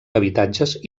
habitatges